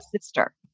sister